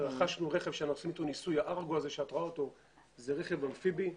רכשנו רכב שאת רואה אותו, זה רכב אמפיבי,